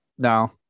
no